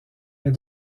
est